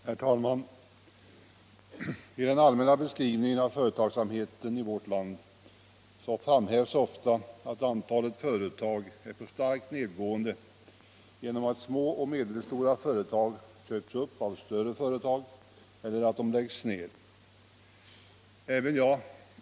Herr talman! I den allmänna beskrivningen av företagsamheten i vårt land framhävs ofta att antalet företag är på starkt nedåtgående genom att små och medelstora företag köps upp av större företag eller att de läggs ned.